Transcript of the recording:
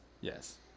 Yes